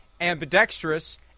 ambidextrous